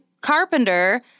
Carpenter